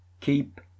Keep